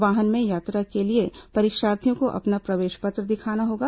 वाहन में यात्रा के लिए परीक्षार्थियों को अपना प्रवेश पत्र दिखाना होगा